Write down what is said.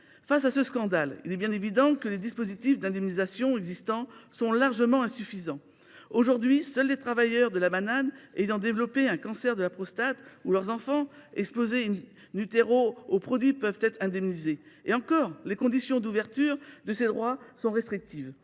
Face à ce scandale, les dispositifs d’indemnisation existants sont largement insuffisants. Aujourd’hui, seuls les travailleurs de la banane ayant développé un cancer de la prostate, ou leurs enfants exposés, peuvent être indemnisés. Et encore, les conditions d’ouverture de ces droits sont restrictives